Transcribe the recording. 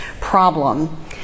problem